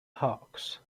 hawkes